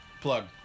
Plug